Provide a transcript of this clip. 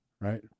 right